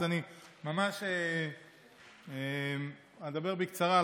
אני ממש אדבר בקצרה.